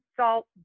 salt